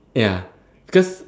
ya because